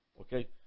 Okay